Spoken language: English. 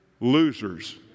losers